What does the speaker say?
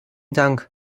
dank